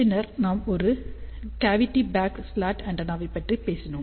பின்னர் நாம் ஒரு கேவிடி பேக்டு ஸ்லாட் ஆண்டெனா பற்றி பேசினோம்